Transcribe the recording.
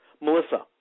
Melissa